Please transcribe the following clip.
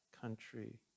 country